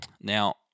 Now